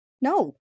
No